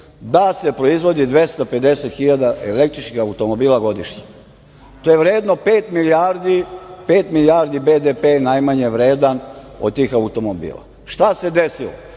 da se proizvodi 250.000 električnih automobila godišnje. To je vredno pet milijardi, pet milijardi BDP najmanje vredan od tih automobila. Šta se desilo? Onda